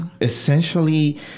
essentially